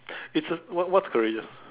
it's a what what's courageous